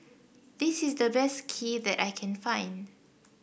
this is the best Kheer that I can find